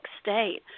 state